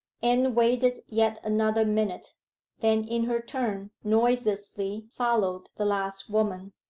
anne waited yet another minute then in her turn noiselessly followed the last woman.